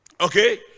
Okay